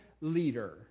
leader